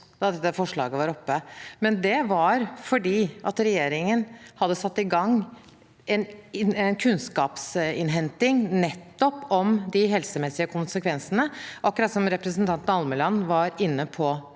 da dette forslaget var oppe, men det var fordi regjeringen hadde satt i gang en kunnskapsinnhenting om nettopp de helsemessige konsekvensene, akkurat som representanten Almeland var inne på tidligere.